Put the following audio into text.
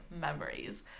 memories